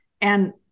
And-